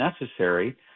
necessary